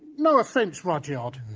no offence, rudyard.